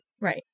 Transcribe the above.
Right